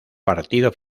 partido